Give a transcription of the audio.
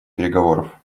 переговоров